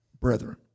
brethren